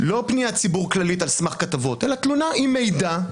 לא פניית ציבור כללית על סמך כתבות אלא תלונה עם מידע,